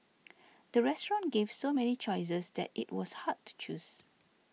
the restaurant gave so many choices that it was hard to choose